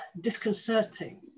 disconcerting